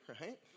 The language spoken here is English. right